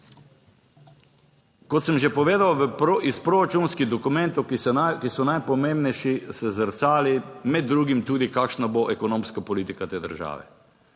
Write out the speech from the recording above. Kot sem že povedal iz proračunskih dokumentov, ki so najpomembnejši se zrcali med drugim tudi kakšna bo ekonomska politika te države,